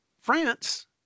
France